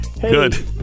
Good